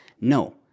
No